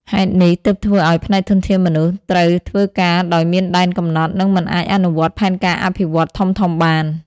ហេតុនេះទើបធ្វើឱ្យ ផ្នែកធនធានមនុស្ស ត្រូវធ្វើការដោយមានដែនកំណត់ និងមិនអាចអនុវត្តផែនការអភិវឌ្ឍន៍ធំៗបាន។